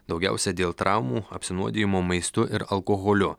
daugiausia dėl traumų apsinuodijimo maistu ir alkoholiu